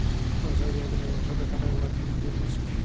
পইসা যে গুলা ব্যবসাতে খাটায় উয়ার জ্যনহে যে রিস্ক